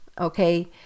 okay